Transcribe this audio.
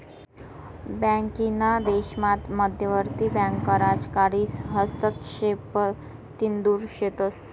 बाकीना देशामात मध्यवर्ती बँका राजकारीस हस्तक्षेपतीन दुर शेतस